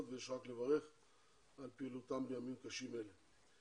ויש רק לברך על פעילתן בימים קשים אלה.